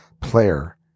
player